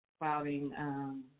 clouding